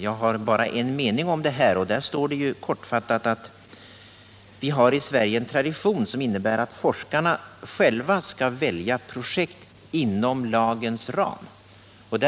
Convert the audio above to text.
Jag har bara en mening om det i svaret, och där står det kortfattat att vi i Sverige har en tradition, som innebär att forskarna själva kan välja projekt inom lagens ram. Med